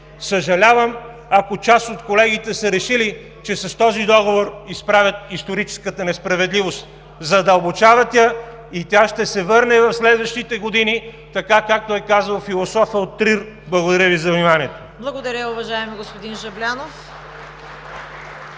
Съжалявам, ако част от колегите са решили, че с този договор изправят историческата несправедливост. Задълбочават я и тя ще се върне в следващите години така, както е казал философът от Трир. Благодаря Ви за вниманието. ПРЕДСЕДАТЕЛ ЦВЕТА КАРАЯНЧЕВА: Благодаря, уважаеми господин Жаблянов.